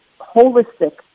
holistic